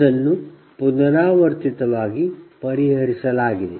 ಅದನ್ನು ಪುನರಾವರ್ತಿತವಾಗಿ ಪರಿಹರಿಸಲಾಗಿದೆ